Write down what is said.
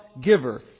giver